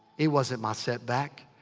it wasn't my setback.